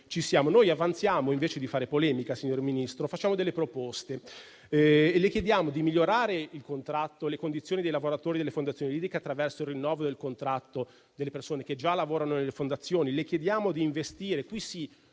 sappia che noi ci siamo. Invece di fare polemiche, signor Ministro, noi facciamo delle proposte. Le chiediamo di migliorare le condizioni dei lavoratori delle fondazioni lirico-sinfoniche attraverso il rinnovo del contratto delle persone che già lavorano nelle fondazioni. Le chiediamo di investire, qui sì,